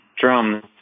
drums